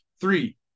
three